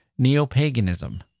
neopaganism